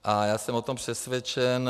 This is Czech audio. A já jsem o tom přesvědčen.